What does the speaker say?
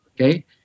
okay